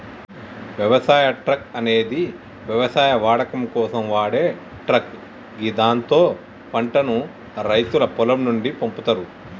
వ్యవసాయ ట్రక్ అనేది వ్యవసాయ వాడకం కోసం వాడే ట్రక్ గిదాంతో పంటను రైతులు పొలం నుండి పంపుతరు